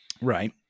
Right